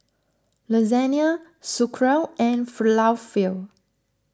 Lasagna Sauerkraut and Falafel